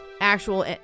actual